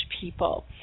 people